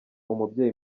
umubyeyi